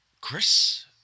Chris